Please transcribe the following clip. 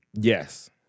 Yes